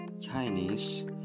Chinese